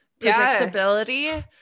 predictability